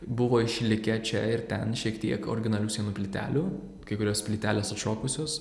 buvo išlikę čia ir ten šiek tiek originalių sienų plytelių kai kurios plytelės atšokusios